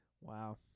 Wow